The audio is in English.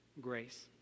grace